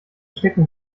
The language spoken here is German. stecken